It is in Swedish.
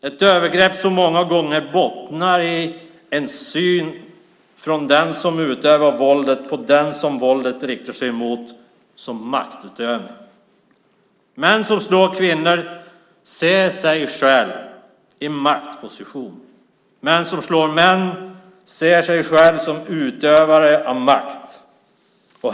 Det är ett övergrepp som många gånger bottnar i vilken syn den som utövar våldet har på den som våldet riktas mot. Det är maktutövning. Män som slår kvinnor ser sig själva i en maktposition. Män som slår män ser sig själva som utövare av makt.